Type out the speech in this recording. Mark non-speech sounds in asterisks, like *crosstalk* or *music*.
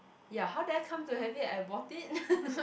ya how do I come to have it I bought it *laughs*